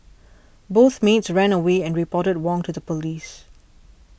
both maids ran away and reported Wong to the police